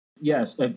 Yes